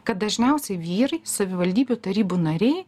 kad dažniausiai vyrai savivaldybių tarybų nariai